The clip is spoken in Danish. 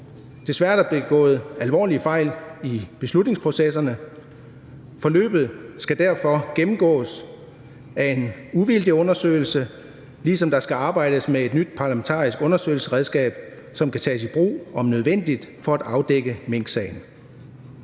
Desværre er der begået alvorlige fejl i beslutningsprocesserne. Forløbet skal derfor gennemgås ved en uvildig undersøgelse, ligesom der skal arbejdes med et nyt parlamentarisk undersøgelsesredskab, som kan tages i brug – om nødvendigt – for at afdække minksagen.